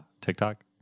TikTok